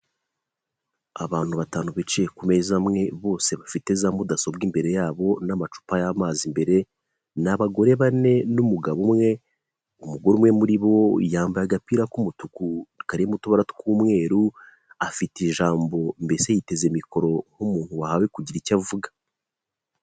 Abantu batanu bicaye ku meza amwe bose bafite za mudasobwa imbere yabo n'amacupa y'amazi mbere, ni abagore bane n'umugabo umwe, umugore umwe muri bo yambaye agapira k'umutuku karimo utubara tw'umweru, afite ijambo mbese yiteze mikoro nk'umuntu wahawe kugira icyo avuga.